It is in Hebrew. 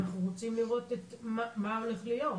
אנחנו רוצים לראות מה הולך להיות.